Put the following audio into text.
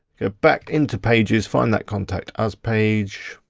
go back into pages, find that contact us page.